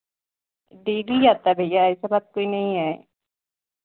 daily आता भैया ऐसा बात कोई नहीं है